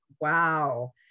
wow